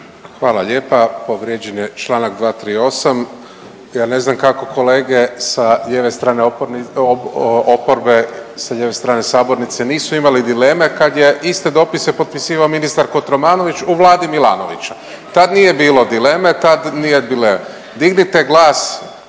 Hvala lijepa. Povrijeđen je čl. 238. Ja ne znam kako kolege sa jedne strane .../Govornik se ne razumije./... oporbe, sa lijeve strane sabornice nisu imali dileme kad je iste dopise potpisivao ministar Kotromanović u Vladi Milanovića, tad nije bilo dileme, tad nije .../Govornik se